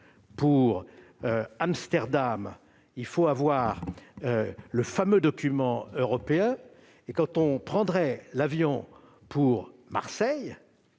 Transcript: pour Amsterdam, il faut avoir le fameux document européen ; en revanche, quand on prendrait l'avion pour Marseille-